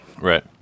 Right